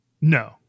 no